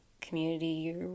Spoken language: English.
community